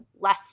less